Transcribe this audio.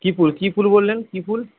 কী ফুল কী ফুল বললেন কী ফুল